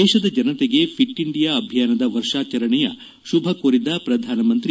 ದೇಶದ ಜನತೆಗೆ fit India ಅಭಿಯಾನದ ವರ್ಷಾಚರಣೆಯ ಶುಭ ಕೋರಿದ ಪ್ರಧಾನಮಂತ್ರಿ